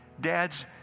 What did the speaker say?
Dads